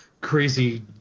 Crazy